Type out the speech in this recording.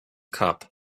cop